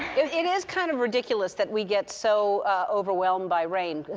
it is kind of ridiculous that we get so overwhelmed by rain.